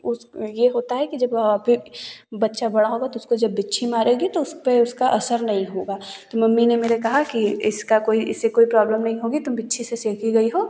उस ये होता है कि जब अभी बच्चा जब बड़ा होगा तो उसको जब बिच्छू मारेगा तो उस पर उसका असर नहीं होगा तो मम्मी ने मेरे कहा कि इसका इससे कोई प्रॉब्लम नहीं होगी तुम बिच्छू से सेंकी गई हो